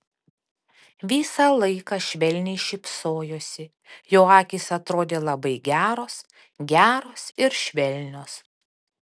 visą laiką švelniai šypsojosi jo akys atrodė labai geros geros ir švelnios